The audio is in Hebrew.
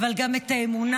אבל גם את האמונה.